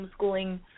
homeschooling